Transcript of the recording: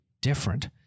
different